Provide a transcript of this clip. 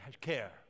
care